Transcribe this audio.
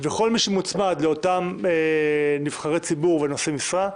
וכל מי שמוצמד לאותם נבחרי ציבור ונושאי משרה,